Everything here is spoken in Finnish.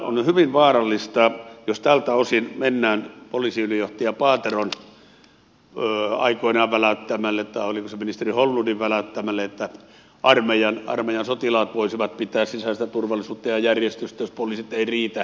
on hyvin vaarallista jos tältä osin mennään poliisiylijohtaja paateron aikoinaan väläyttämälle tai oliko se ministeri holmlundin väläyttämälle linjalle että armeijan sotilaat voisivat pitää yllä sisäistä turvallisuutta ja järjestystä jos poliisit eivät riitä